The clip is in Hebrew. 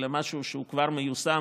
אלא על משהו שהוא כבר מיושם